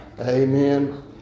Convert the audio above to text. Amen